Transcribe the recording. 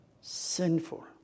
sinful